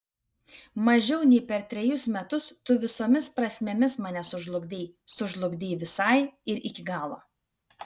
mažiau nei per trejus metus tu visomis prasmėmis mane sužlugdei sužlugdei visai ir iki galo